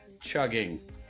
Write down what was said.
chugging